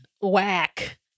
Whack